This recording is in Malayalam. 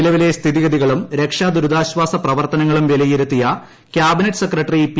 നിലവിലെ സ്ഥിതിഗതികളും രക്ഷാ ദുരിതാശ്വാസ പ്രവർത്തനങ്ങളും വിലയിരുത്തിയ ക്യാബിനെറ്റ് സെക്രട്ടറി പി